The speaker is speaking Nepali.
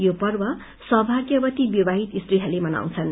यो पर्व सौभाग्यवती विवाहित स्त्रीहरूले मनाउँछन्